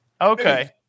Okay